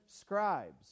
scribes